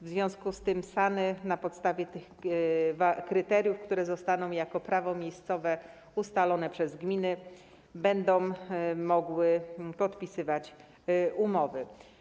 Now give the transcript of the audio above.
W związku z tym SAN-y na podstawie tych kryteriów, które zostaną jako prawo miejscowe ustalone przez gminy, będą mogły podpisywać umowy.